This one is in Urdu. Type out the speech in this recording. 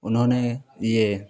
انہوں نے یہ